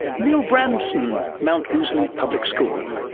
neil bramsen, mount ousley public school.